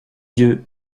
yeux